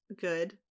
good